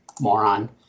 moron